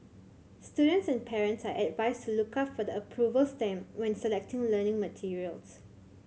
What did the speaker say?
students and parents are advised to look out for the approval stamp when selecting learning materials